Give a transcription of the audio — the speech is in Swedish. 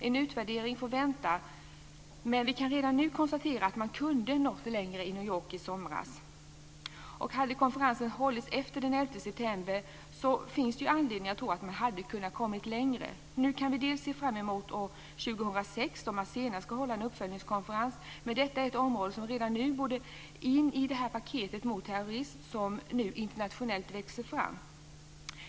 En utvärdering får vänta, men vi kan redan nu konstatera att man kunde ha nått längre i New York i somras. Hade konferensen hållits efter den 11 september finns det ju anledning att tro att vi hade kunnat komma längre. Nu kan vi se fram emot år 2006, då man senast ska hålla en uppföljningskonferens. Men detta är ett område som redan nu borde gå in i det paket mot terrorism som nu växer fram internationellt.